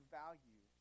value